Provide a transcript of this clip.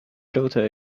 daughter